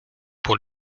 pour